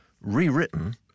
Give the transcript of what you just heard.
rewritten